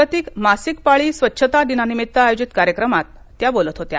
जागतिक मासिक पाळी स्वच्छता दिनानिमित्त आयोजित कार्यक्रमात त्या बोलत होत्या